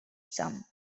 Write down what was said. some